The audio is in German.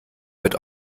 wird